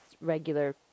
regular